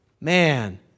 Man